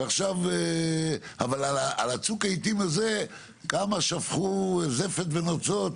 אבל על צוק העתים הזה כמה שפכו זפת ונוצות